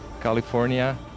California